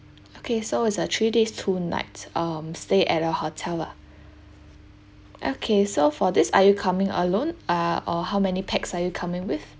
okay so is a three days two nights um stay at a hotel lah okay so for this are you coming alone ah or how many packs are you coming with